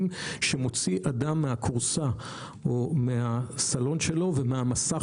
שמוציא אדם מן הכורסה או מן הסלון שלו ומן המסך